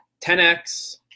10X